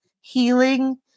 healing